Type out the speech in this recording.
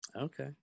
Okay